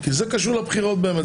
כי זה קשור לבחירות באמת,